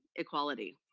equality,